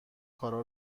کارها